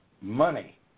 money